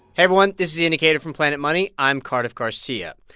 everyone. this is the indicator from planet money. i'm cardiff garcia.